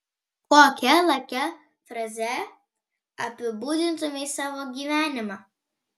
kokia lakia fraze apibūdintumei savo gyvenimą